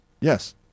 yes